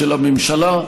של הממשלה,